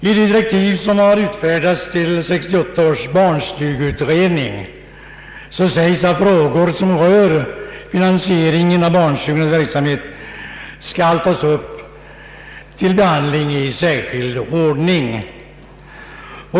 I de direktiv som utfärdats till 1968 års barnstugeutredning sägs att frågor som rör finansieringen av barnstugornas verksamhet skall tas upp till behandling i särskild ordning.